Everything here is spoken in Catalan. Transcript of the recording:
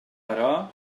però